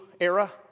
era